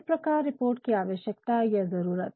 इस प्रकार रिपोर्ट की आवश्यकता या ज़रुरत